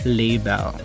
label